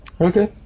Okay